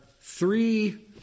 three